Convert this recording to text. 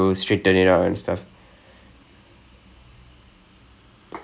ya straighten it out and everything and actually now that I think about it they